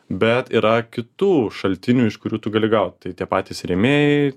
bet yra kitų šaltinių iš kurių tu gali gaut tai tie patys rėmėjai